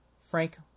Frank